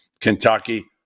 Kentucky